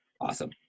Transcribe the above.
Awesome